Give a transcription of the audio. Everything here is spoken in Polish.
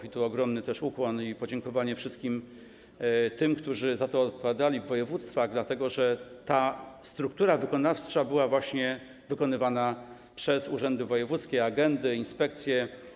I tu też ogromny ukłon i podziękowanie tym wszystkim, którzy za to odpowiadali w województwach, dlatego że ta struktura wykonawcza była właśnie wykonywana przez urzędy wojewódzkie, agendy i inspekcje.